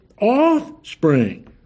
offspring